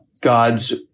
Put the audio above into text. God's